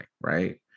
right